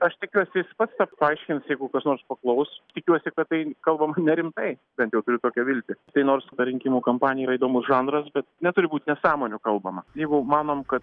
aš tikiuosi jis pats paaiškins jeigu kas nors paklaus tikiuosi kad tai kalbama nerimtai bent jau turiu tokią viltį tai nors rinkimų kampanija yra įdomus žanras bet neturi būt nesąmonių kalbama jeigu manom kad